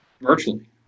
virtually